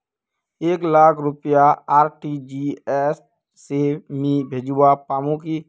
एक लाख रुपया आर.टी.जी.एस से मी भेजवा पामु की